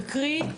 תקריא,